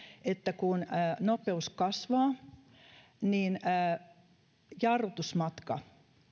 että kun nopeus kasvaa jarrutusmatka